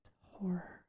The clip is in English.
horror